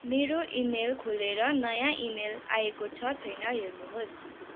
मेरो इमेल खोलेर नयाँ इमेल आएको छ छैन हेर्नुहोस्